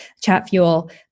ChatFuel